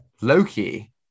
Loki